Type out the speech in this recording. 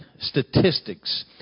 statistics